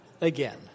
again